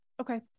Okay